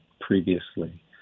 previously